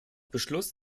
beschluss